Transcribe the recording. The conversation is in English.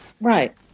Right